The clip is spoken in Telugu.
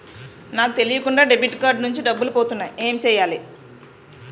నాకు తెలియకుండా డెబిట్ కార్డ్ నుంచి డబ్బులు పోతున్నాయి ఎం చెయ్యాలి?